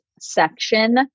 section